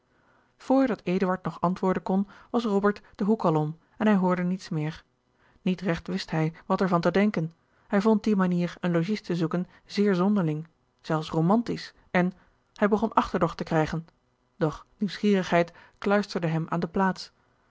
vr dat eduard nog antwoorden kon was robert den hoek al om en hij hoorde niets meer niet regt wist hij wat er van te denken hij vond die manier een logies te zoeken zeer zonderling zelfs romantisch en hij begon achterdocht te krijgen doch nieuwsgierigheid kluisterde hem aan de plaats